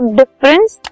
difference